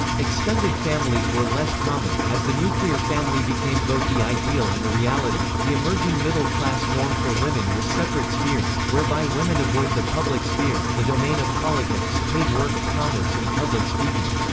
extended families were less common, as the nuclear family became both the ideal and the reality the emerging middle-class norm for women was separate spheres, whereby women avoid the public sphere the domain of politics, paid work, commerce and public speaking.